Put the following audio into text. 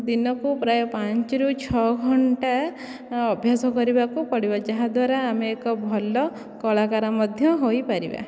ଦିନକୁ ପ୍ରାୟ ପାଞ୍ଚରୁ ଛଅ ଘଣ୍ଟା ଅଭ୍ୟାସ କରିବାକୁ ପଡ଼ିବ ଯାହାଦ୍ଵାରା ଆମେ ଏକ ଭଲ କଳାକାର ମଧ୍ୟ ହୋଇପାରିବା